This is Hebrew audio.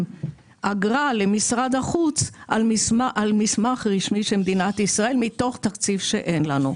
אגרה למשרד החוץ על מסמך רשמי של מדינת ישראל מתוך תקציב שאין לנו.